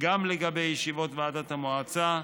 גם לגבי ישיבות ועדות המועצה,